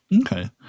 Okay